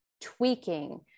tweaking